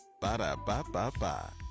Ba-da-ba-ba-ba